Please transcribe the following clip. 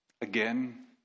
again